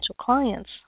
clients